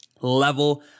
level